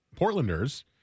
Portlanders